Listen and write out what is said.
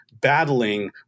battling